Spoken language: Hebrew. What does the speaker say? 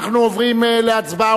אנחנו עוברים להצבעה,